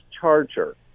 charger